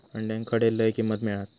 अंड्याक खडे लय किंमत मिळात?